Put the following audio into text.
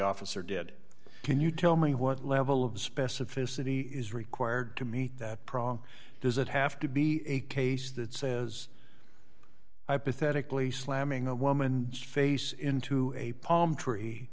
officer did can you tell me what level of specificity is required to meet that problem does it have to be a case that says i pathetically slamming a woman's face into a palm